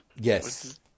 Yes